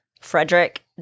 Frederick